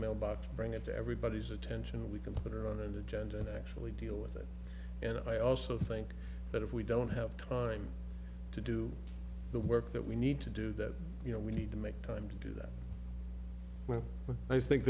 mailbox bring it to everybody's attention we can put it on an agenda and actually deal with it and i also think that if we don't have time to do the work that we need to do that you know we need to make time to do that well i think